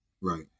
Right